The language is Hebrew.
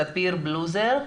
ספיר בלוזר.